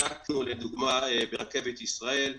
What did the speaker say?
בדקנו לדוגמה ברכבת ישראל.